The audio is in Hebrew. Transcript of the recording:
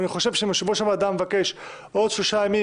אני חושב שאם יושב ראש הוועדה מבקש עוד 3 ימים